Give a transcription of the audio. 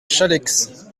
challex